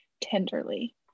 tenderly